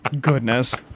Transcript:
Goodness